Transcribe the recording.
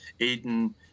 Aiden